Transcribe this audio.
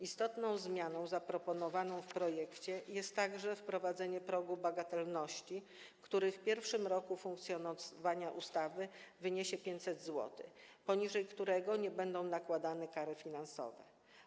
Istotną zmianą zaproponowaną w projekcie jest także wprowadzenie progu bagatelności, który w pierwszym roku funkcjonowania ustawy wyniesie 500 zł, poniżej którego nie będą nakładane kary finansowe.